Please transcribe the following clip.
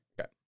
Okay